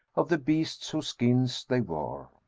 of the beasts whose skins they wore.